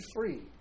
free